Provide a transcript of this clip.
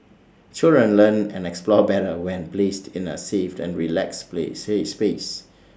children learn and explore better when placed in A safe and relaxed place say space